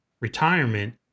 retirement